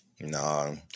no